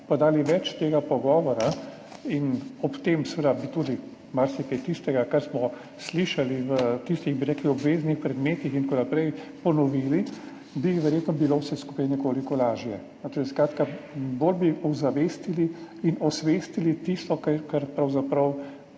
imeli več tega pogovora in ob tem bi seveda tudi marsikaj tistega, kar smo slišali v tistih obveznih predmetih, ponovili, bi bilo verjetno vse skupaj nekoliko lažje. Skratka, bolj bi ozavestili in osvestili tisto, kar pravzaprav